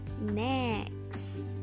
Next